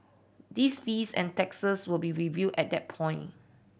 these fees and taxes will be reviewed at that point